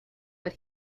but